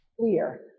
clear